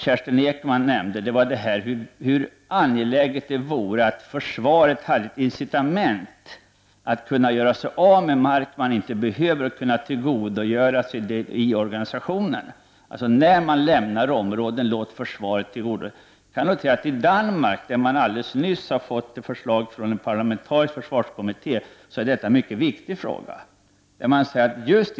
Kerstin Ekman nämnde hur angeläget det vore att försvaret hade ett incitament att göra sig av med mark som det inte behöver och kunde tillgodogöra sig vinsten härav i organisationen. I Danmark har man helt nyligen fått ett förslag från en parlamentarisk försvarskommitté, där detta är en mycket viktig fråga.